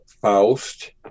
Faust